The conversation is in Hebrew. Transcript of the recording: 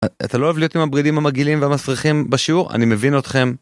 אתה לא אוהב להיות עם הבגדים המגעילים והמסריחים בשיעור, אני מבין אתכם.